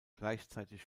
gleichzeitig